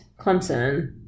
Clemson